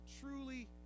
truly